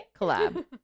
Collab